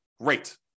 great